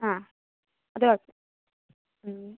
ആ അത് ഓക്കെ മ്